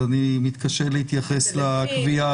אז אני מתקשה להתייחס לקביעה.